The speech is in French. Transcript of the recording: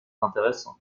intéressant